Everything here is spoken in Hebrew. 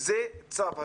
זה צו השעה.